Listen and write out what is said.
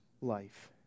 life